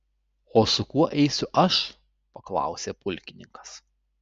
o su kuo eisiu aš paklausė pulkininkas